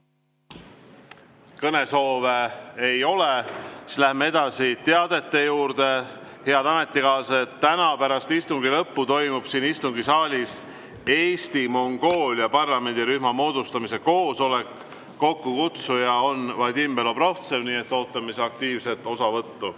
Kõnesoove ei ole. Läheme edasi teadete juurde. Head ametikaaslased, täna pärast istungi lõppu toimub siin istungisaalis Eesti-Mongoolia parlamendirühma moodustamise koosolek. Kokkukutsuja on Vadim Belobrovtsev. Nii et ootame aktiivset osavõttu.